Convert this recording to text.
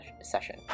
session